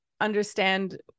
understand